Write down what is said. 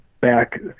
back